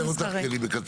אני אקצר כי הזמן קצר.